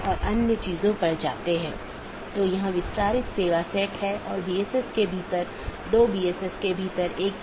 AS नंबर जो network के माध्यम से मार्ग का वर्णन करता है एक BGP पड़ोसी अपने साथियों को पाथ के बारे में बताता है